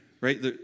right